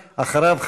אחריו,